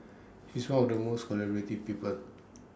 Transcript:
he's one of the most collaborative people